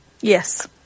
Yes